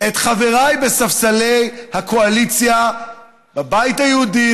את חבריי בספסלי הקואליציה בבית היהודי,